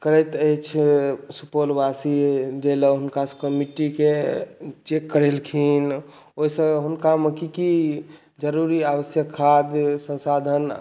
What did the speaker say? करैत अछि सुपौलवासी जाहिलए हुनकासबके मिट्टीके चेक करेलखिन ओहिसँ हुनकामे कि कि जरूरी आवश्यक खाद आवश्यक साधन